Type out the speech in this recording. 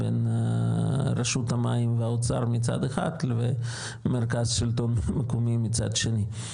בין רשות המים והאוצר מצד אחד לבין המרכז לשלטון מקומי מצד שני.